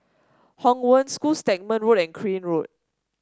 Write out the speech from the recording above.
Hong Wen School Stagmont Road and Crane Road